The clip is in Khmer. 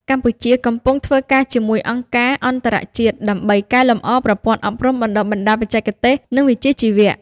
កម្ពុជាកំពុងធ្វើការជាមួយអង្គការអន្តរជាតិដើម្បីកែលម្អប្រព័ន្ធអប់រំបណ្ដុះបណ្ដាលបច្ចេកទេស និងវិជ្ជាជីវៈ។